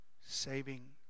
saving